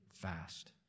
fast